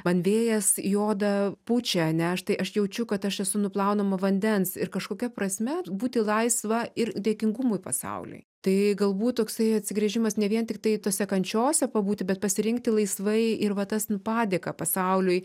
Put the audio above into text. man vėjas į odą pučia ane aš tai aš jaučiu kad aš esu nuplaunama vandens ir kažkokia prasme būti laisva ir dėkingumui pasauliui tai galbūt toksai atsigręžimas ne vien tiktai tose kančiose pabūti bet pasirinkti laisvai ir va tas nu padėką pasauliui